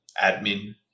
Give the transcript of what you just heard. admin